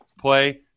play